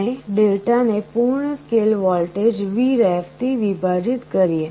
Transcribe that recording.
આપણે Δ ને પૂર્ણ સ્કેલ વોલ્ટેજ Vref થી વિભાજિત કરીએ